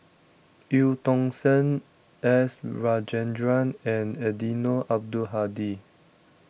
Eu Tong Sen S Rajendran and Eddino Abdul Hadi